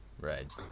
Right